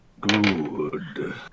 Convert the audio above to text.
Good